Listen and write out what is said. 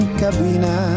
cabina